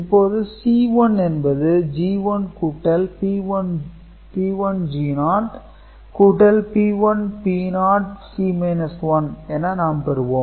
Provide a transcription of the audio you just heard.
இப்போது C1 என்பது G1 கூட்டல் P1G0 கூட்டல் P1P0 C 1 என நாம் பெறுவோம்